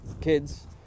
kids